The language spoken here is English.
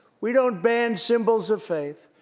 we don't ban symbols of faith.